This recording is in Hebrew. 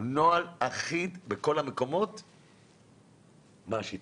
בכל המקומות לשיטה.